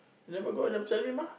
never go never tell me mah